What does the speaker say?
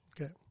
Okay